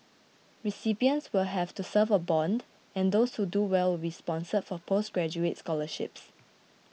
recipients will have to serve a bond and those who do well will be sponsored for postgraduate scholarships